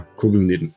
covid-19